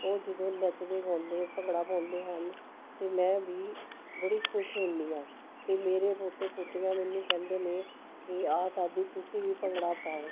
ਉਹ ਜਦੋਂ ਨੱਚਦੇ ਗਾਉਂਦੇ ਭੰਗੜਾ ਪਾਉਂਦੇ ਹਨ ਤਾਂ ਮੈਂ ਵੀ ਬੜੀ ਖੁਸ਼ ਹੁੰਦੀ ਹਾਂ ਅਤੇ ਮੇਰੇ ਪੋਤੇ ਪੋਤੀਆਂ ਮੈਨੂੰ ਕਹਿੰਦੇ ਨੇ ਕਿ ਆ ਦਾਦੀ ਤੁਸੀਂ ਵੀ ਭੰਗੜਾ ਪਾਓ